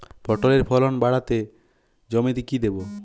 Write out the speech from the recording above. পটলের ফলন কাড়াতে জমিতে কি দেবো?